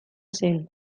zen